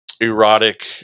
erotic